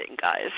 guys